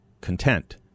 content